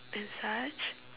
and such